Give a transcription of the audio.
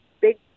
big